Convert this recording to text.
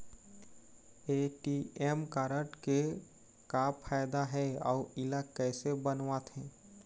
ATM card के का फायदा हे अऊ इला कैसे बनवाथे?